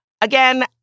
Again